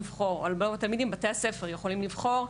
בתי הספר יכולים לבחור,